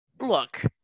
look